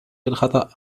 الخطأ